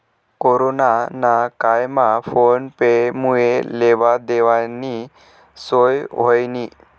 corona ना कायमा PhonePe मुये लेवा देवानी सोय व्हयनी